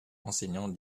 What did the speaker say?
enseignant